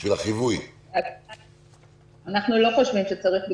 אנחנו לא חושבים שצריך,